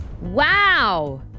Wow